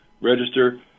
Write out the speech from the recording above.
register